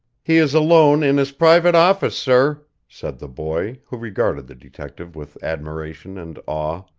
he is alone in his private office, sir, said the boy, who regarded the detective with admiration and awe.